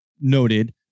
noted